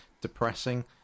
depressing